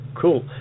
Cool